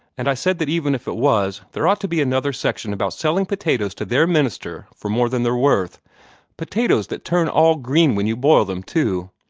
and i said that even if it was, there ought to be another section about selling potatoes to their minister for more than they're worth potatoes that turn all green when you boil them, too.